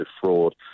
fraud